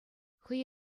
хӑй